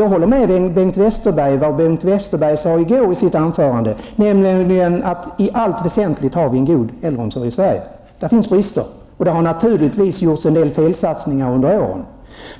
om det som Bengt Westerberg sade i går, nämligen att vi i allt väsentligt har en god äldreomsorg i Sverige. Det finns brister, och det har naturligtvis gjorts en del felsatsningar under åren.